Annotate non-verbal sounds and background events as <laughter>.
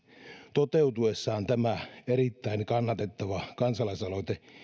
toteutuessaan tämä <unintelligible> <unintelligible> erittäin kannatettava kansalaisaloite